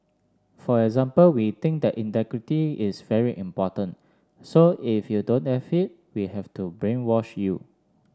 for example we think that integrity is very important so if you don't have it we have to brainwash you